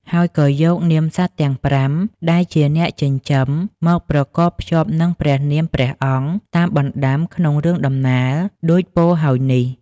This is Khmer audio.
ហើយក៏យកនាមសត្វទាំង ៥ ដែលជាអ្នកចិញ្ចឹម មកប្រកបភ្ជាប់នឹងព្រះនាមព្រះអង្គ តាមបណ្ដាំក្នុងរឿងដំណាលដូចពោលហើយនេះ។